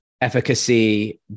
efficacy